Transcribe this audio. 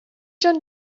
john